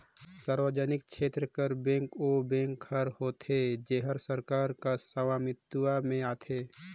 सार्वजनिक छेत्र कर बेंक ओ बेंक हर होथे जेहर सरकार कर सवामित्व में आथे